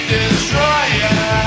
Destroyer